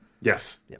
Yes